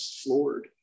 floored